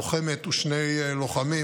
לוחמת ושני לוחמים,